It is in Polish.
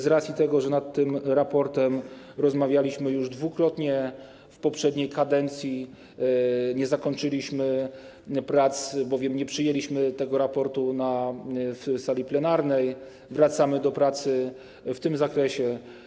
Z racji tego, że o tym raporcie rozmawialiśmy już dwukrotnie w poprzedniej kadencji, nie zakończyliśmy prac, bowiem nie przyjęliśmy tego raportu na sali plenarnej, wracamy do pracy w tym zakresie.